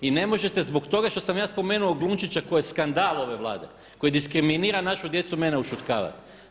I ne možete zbog toga što sam ja spomenuo Glunčića koji je skandal ove Vlade, koji diskriminira našu djecu mene ušutkavati.